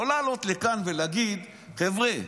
לא לעלות לכאן ולהגיד, חבר'ה,